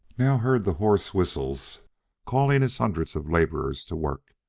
now heard the hoarse whistles calling his hundreds of laborers to work,